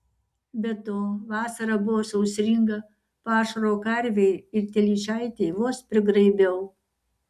be to vasara buvo sausringa pašaro karvei ir telyčaitei vos prigraibiau